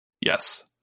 Yes